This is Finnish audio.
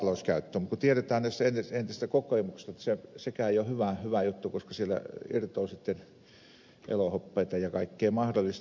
mutta tiedetään entisestä kokemuksesta että sekään ei ole hyvä juttu koska siellä irtoaa sitten elohopeata ja kaikkea mahdollista